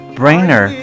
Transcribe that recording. brainer